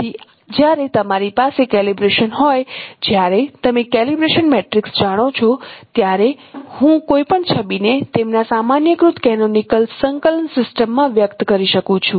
તેથી જ્યારે તમારી પાસે કેલિબ્રેશન હોય જ્યારે તમે કેલિબ્રેશન મેટ્રિક્સ જાણો છો ત્યારે હું કોઈપણ છબીને તેના સામાન્યકૃત કેનોનિકલ સંકલન સિસ્ટમમાં વ્યક્ત કરી શકું છું